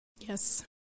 Yes